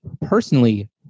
personally